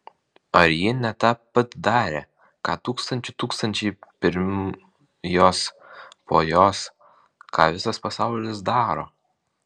ar ji ne tą pat darė ką tūkstančių tūkstančiai pirm jos po jos ką visas pasaulis daro